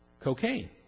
cocaine